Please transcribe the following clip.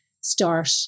start